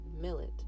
millet